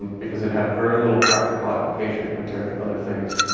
because it had very little practical application, compared to other things.